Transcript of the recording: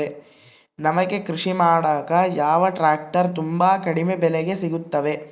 ನಮಗೆ ಕೃಷಿ ಮಾಡಾಕ ಯಾವ ಟ್ರ್ಯಾಕ್ಟರ್ ತುಂಬಾ ಕಡಿಮೆ ಬೆಲೆಗೆ ಸಿಗುತ್ತವೆ?